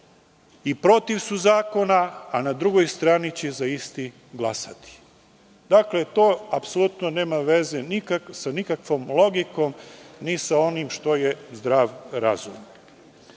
i protiv su zakona, a na drugoj strani će za isti glasati? To apsolutno nema veze sa nikakvom logikom, ni sa onim što je zdrav razum. Lično